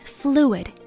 fluid